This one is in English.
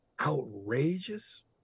outrageous